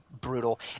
brutal